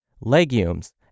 legumes